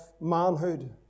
manhood